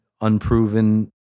unproven